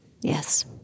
Yes